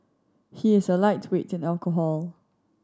he is a lightweight in alcohol